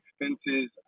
expenses